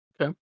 okay